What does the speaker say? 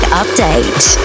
update